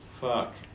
fuck